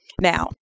now